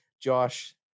Josh